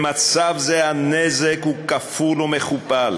במצב זה הנזק הוא כפול ומכופל: